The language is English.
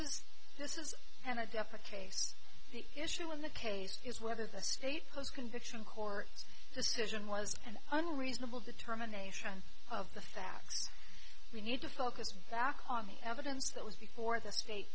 is this is an a definite case the issue in the case is whether the state post conviction court decision was an unreasonable determination of the facts we need to focus back on the evidence that was before the state